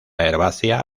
herbácea